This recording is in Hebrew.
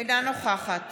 אינה נוכחת